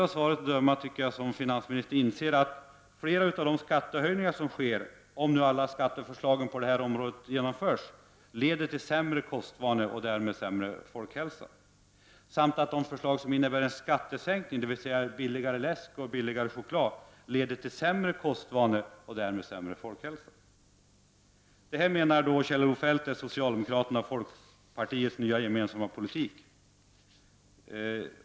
Av svaret att döma förefaller det som att finansministern inte inser att flera av de skattehöjningar som sker — om alla skatteförslagen på detta område genomförs — leder till sämre kostvanor och därmed sämre folkhälsa samt att de förslag som innebär en skattesänkning — dvs. billigare läsk och billigare choklad — också leder till sämre kostvanor och därmed sämre folkhälsa. Detta menar Kjell-Olof Feldt är socialdemokraternas och folkpartiets nya gemensamma politik.